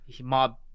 Mob